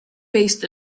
based